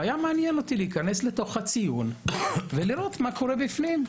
היה מעניין אותי להיכנס אל תוך הציון ולראות מה קורה בפנים.